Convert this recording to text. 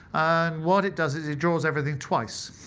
and what it does is it draws everything twice.